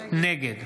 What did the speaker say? נגד